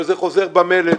אבל זה חוזר במלט,